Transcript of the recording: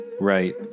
Right